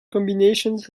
combinations